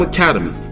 Academy